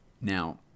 Now